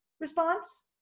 response